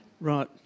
Right